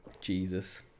Jesus